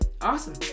awesome